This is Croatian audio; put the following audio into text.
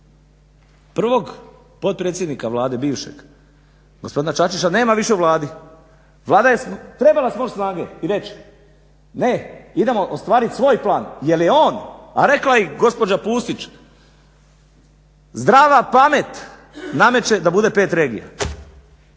Prvog potpredsjednika Vlade bivšeg, gospodina Čačića nema više u Vladi, Vlada je trebala smoći snage i reći ne, idemo ostvarit svoj plan jer je on, a rekla je i gospođa Pusić, zdrava pamet nameće da bude pet regija,